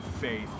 faith